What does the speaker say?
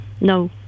No